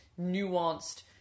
nuanced